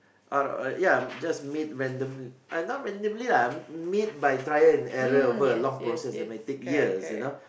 out of ya just made random not randomly lah made by trial and error for a long process which may take years you know